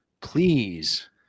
please